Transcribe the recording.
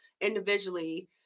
individually